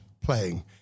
playing